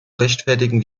rechtfertigen